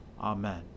Amen